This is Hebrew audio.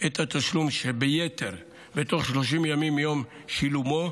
את התשלום שביתר בתוך 30 ימים מיום שילומו,